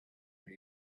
that